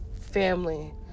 family